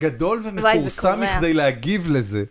גדול ומפורסם מכדי להגיב לזה.